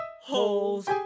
holes